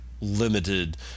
Limited